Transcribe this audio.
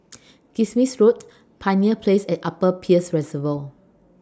Kismis Road Pioneer Place and Upper Peirce Reservoir